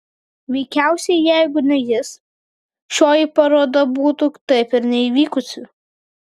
veikiausiai jeigu ne jis šioji paroda būtų taip ir neįvykusi